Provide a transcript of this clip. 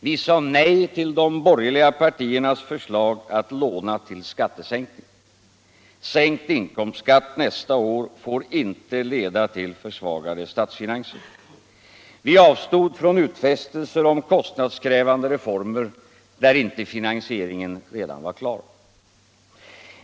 Vi sade nej till de borgerliga partiernas förslag att låna till skattesänkningar. Sänkt inkomstskatt nästa år får inte leda till försvagade statsfinanser. Vi avstod från att göra utfästelser om kostnadskrävande reformer där inte finansieringen redan var klar.